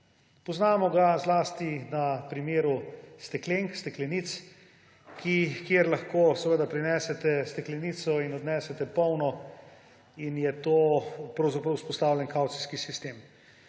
Poznamo ga zlasti na primeru steklenic, kjer lahko prinesete steklenico in odnesete polno, in je to pravzaprav vzpostavljen kavcijski sistem.